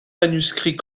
manuscrit